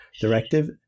directive